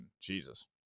Jesus